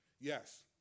Yes